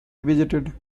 visited